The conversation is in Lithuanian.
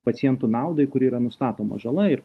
pacientų naudai kuri yra nustatoma žala ir